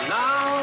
now